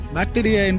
Bacteria